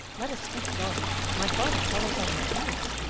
let us speak low my father follows on my heels,